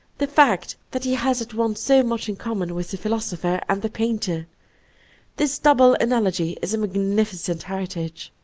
the fact that he has at once so much in common with the philosopher and the painter this double analogy is a magnificent heri tage.